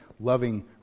loving